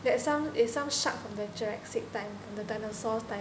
that some is some shark from the jurassic time the dinosaurs time